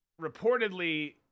reportedly